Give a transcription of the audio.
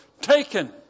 Taken